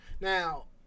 Now